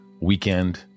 weekend